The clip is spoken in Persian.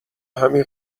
همین